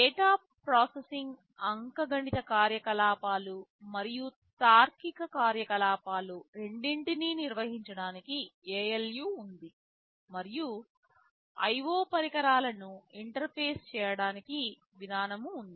data processing అంకగణిత కార్యకలాపాలు మరియు తార్కిక కార్యకలాపాలు రెండింటిని నిర్వహించడానికి ALU ఉంది మరియు మెమరీ IO పరికరాలను ఇంటర్ఫేస్ చేయడానికి విధానం ఉంది